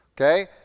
Okay